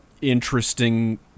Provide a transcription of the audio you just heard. interesting